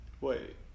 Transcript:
wait